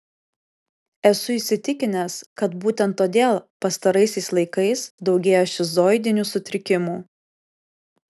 esu įsitikinęs kad būtent todėl pastaraisiais laikais daugėja šizoidinių sutrikimų